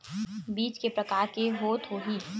बीज के प्रकार के होत होही?